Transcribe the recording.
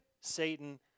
Satan